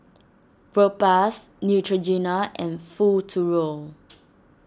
Propass Neutrogena and Futuro